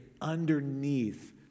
underneath